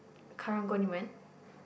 karang guni man